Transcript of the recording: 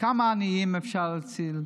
כמה עניים אפשר להציל,